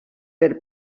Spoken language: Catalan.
per